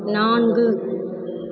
நான்கு